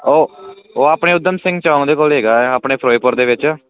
ਉਹ ਆਪਣੇ ਉਧਮ ਸਿੰਘ ਚੋਂਕ ਕੋਲ ਹੈਗਾ ਆਪਣੇ ਫਿਰੋਜਪੁਰ ਦੇ ਵਿੱਚ